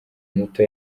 muto